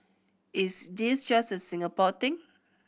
is this just a Singapore thing